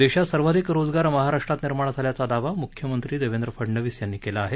देशात सर्वाधिक रोजगार महाराष्ट्रात निर्माण झाल्याचा दावा मुख्यमंत्री देवेंद्र फडनवीस यांनी केला आहे